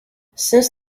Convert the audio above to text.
since